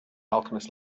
alchemist